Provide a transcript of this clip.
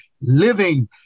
living